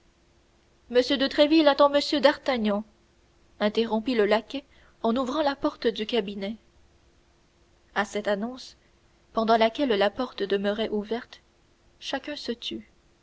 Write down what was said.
m de tréville attend m d'artagnan interrompit le laquais en ouvrant la porte du cabinet à cette annonce pendant laquelle la porte demeurait ouverte chacun se tut